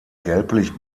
gelblich